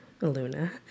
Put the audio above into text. luna